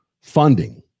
funding